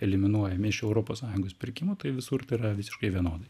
eliminuojami iš europos sąjungos pirkimų tai visur tai yra visiškai vienodai